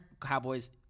Cowboys